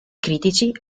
critici